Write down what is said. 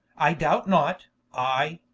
i doubt not i,